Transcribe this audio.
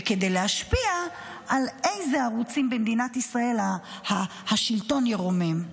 וכדי להשפיע על אילו ערוצים במדינת ישראל השלטון ירומם,